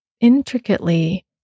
intricately